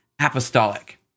apostolic